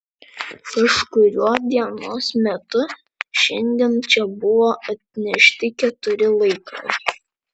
kažkuriuo dienos metu šiandien čia buvo atnešti keturi laikrodžiai